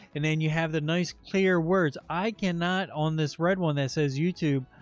and then you have the nice, clear words. i cannot, on this red one that says youtube,